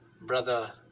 Brother